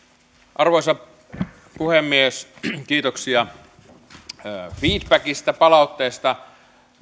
arvoisa puhemies kiitoksia feedbackistä palautteesta